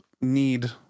need